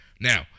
Now